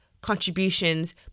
contributions